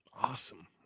Awesome